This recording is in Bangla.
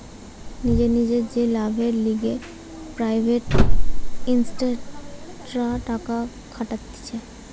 নিজের নিজের যে লাভের লিগে প্রাইভেট ইনভেস্টররা টাকা খাটাতিছে